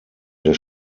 der